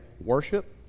worship